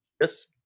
Yes